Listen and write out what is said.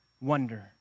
wonder